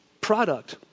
product